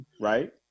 Right